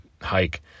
hike